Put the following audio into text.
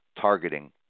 targeting